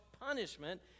punishment